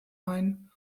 ein